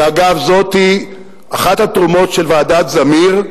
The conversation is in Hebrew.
אגב, זאת אחת התרומות של ועדת-זמיר,